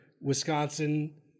Wisconsin